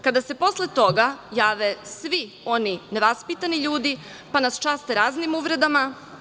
Kada se posle toga jave svi oni nevaspitani ljudi, pa nas časte raznim uvredam.